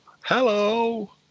Hello